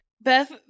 Beth